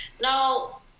Now